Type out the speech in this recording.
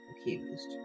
accused